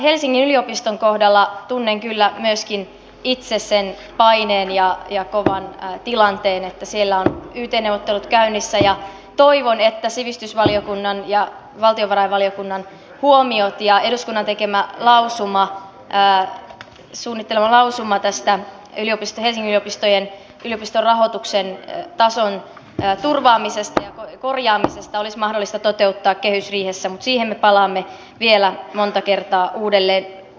helsingin yliopiston kohdalla tunnen kyllä myöskin itse sen paineen ja kovan tilanteen että siellä on yt neuvottelut käynnissä ja toivon että sivistysvaliokunnan ja valtiovarainvaliokunnan huomiot ja eduskunnan suunnittelema lausuma tästä helsingin yliopiston rahoituksen tason turvaamisesta ja korjaamisesta olisi mahdollista toteuttaa kehysriihessä mutta siihen me palaamme vielä monta kertaa uudelleen